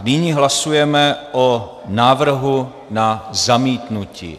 Nyní hlasujeme o návrhu na zamítnutí.